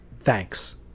Thanks